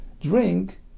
drink